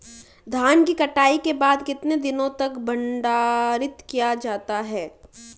धान की कटाई के बाद कितने दिनों तक भंडारित किया जा सकता है?